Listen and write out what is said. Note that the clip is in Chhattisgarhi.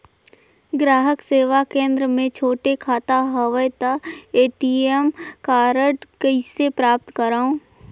ग्राहक सेवा केंद्र मे छोटे खाता हवय त ए.टी.एम कारड कइसे प्राप्त करव?